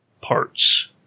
parts